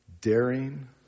daring